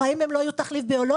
בחיים הם לא יהיו תחליף ביולוגי,